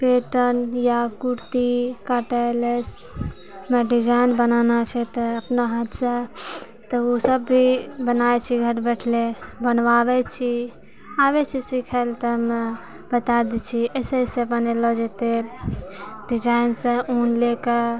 Peyton या कुर्ती काटैला हमरा डिजाइन बनाना छै त अपना हाथ सँ त ऊसब भी बनाए छियै घर बैठले बनबाबै छी आबै छै सिखैला त हमे बताए दै छियै ऐसे ऐसे बनैलो जेतै डिजाइन से ऊन लेकऽ